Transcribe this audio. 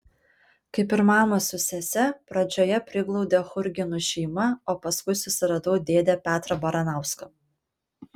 kaip ir mamą su sese pradžioje priglaudė churginų šeima o paskui susiradau dėdę petrą baranauską